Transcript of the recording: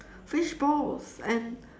fishballs and